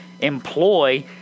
employ –